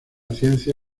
ciencia